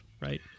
right